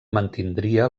mantindria